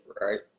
right